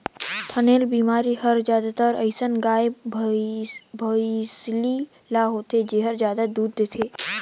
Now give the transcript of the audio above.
थनैल बेमारी हर जादातर अइसन गाय, भइसी ल होथे जेहर जादा दूद देथे